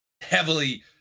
heavily